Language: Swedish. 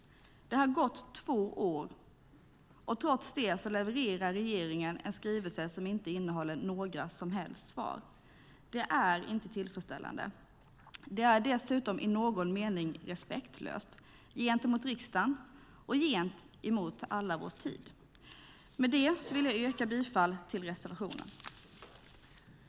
Det har gått två år! Trots det levererar regeringen en skrivelse som inte innehåller några som helst svar. Det är inte tillfredsställande. Det är dessutom i någon mening respektlöst gentemot riksdagen och gentemot allas vår tid. Med detta vill jag yrka bifall till reservationen. I detta anförande instämde Ingemar Nilsson, Ingela Nylund Watz och Börje Vestlund .